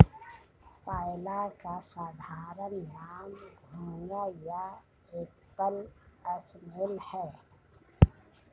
पाइला का साधारण नाम घोंघा या एप्पल स्नेल है